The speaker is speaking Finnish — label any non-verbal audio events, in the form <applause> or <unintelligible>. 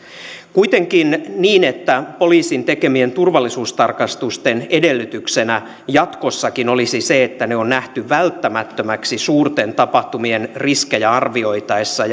kuitenkin niin että poliisin tekemien turvallisuustarkastusten edellytyksenä jatkossakin olisi se että ne on nähty välttämättömäksi suurten tapahtumien riskejä arvioitaessa <unintelligible>